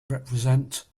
represent